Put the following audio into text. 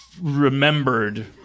Remembered